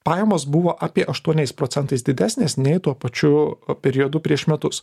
pajamos buvo apie aštuoniais procentais didesnės nei tuo pačiu periodu prieš metus